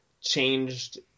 Changed